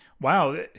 wow